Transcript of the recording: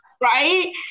Right